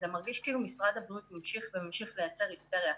זה מרגיש כאילו משרד הבריאות ממשיך וממשיך לייצר היסטריה.